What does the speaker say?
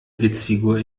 witzfigur